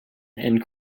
and